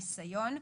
ניסיון,